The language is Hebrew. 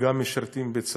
וגם משרתים בצבא,